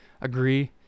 agree